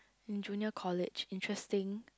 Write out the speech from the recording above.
in junior college interesting